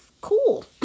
cool